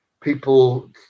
People